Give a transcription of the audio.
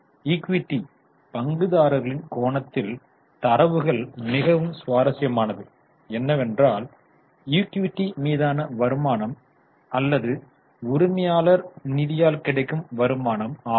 equity பங்குதாரர்களின் கோணத்தில் தரவுகள் மிகவும் சுவாரஸ்யமானது என்னவென்றால் ஈக்விட்டி மீதான வருமானம் அல்லது உரிமையாளர் நிதியால் கிடைக்கும் வருமானம் ஆகும்